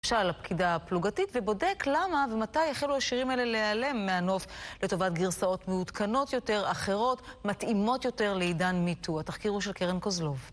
מתקשר לפקידה הפלוגתית ובודק למה ומתי החלו השירים האלה להיעלם מהנוף לטובת גרסאות מעודכנות יותר, אחרות, מתאימות יותר לעידן מי טו. התחקיר הוא של קרן קוזלוב.